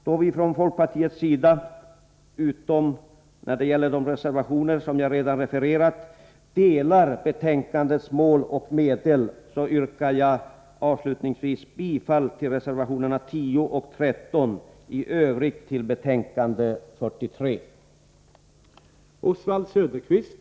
Då vi från folkpartiets sida, utom när det gäller vad som framförts i de reservationer som jag refererat, delar de uppfattningar om mål och medel som redovisas i betänkande 43, yrkar jag avslutningsvis än en gång bifall till reservationerna 10 och 13 och i övrigt bifall till utskottets hemställan.